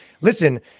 listen